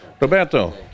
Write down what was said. Roberto